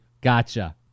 Gotcha